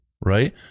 Right